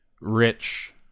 rich